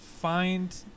find